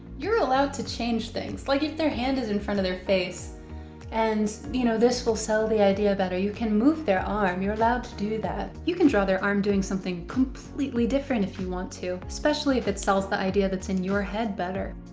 you're allowed to change things. like if their hand is in front of their face and, you know, this will sell the idea better, you can move their arm, you're allowed to do that. you can draw their arm doing something completely different if you want to, especially if it sells the idea that's in your head better.